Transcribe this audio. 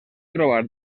trobar